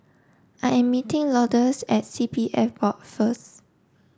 I am meeting Lourdes at C P F Board first